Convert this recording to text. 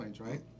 right